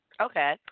Okay